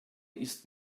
ist